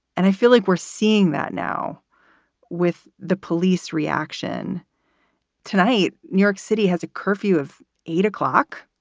and i feel like we're seeing that now with the police reaction tonight, new york city has a curfew of eight o'clock,